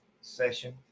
session